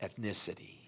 ethnicity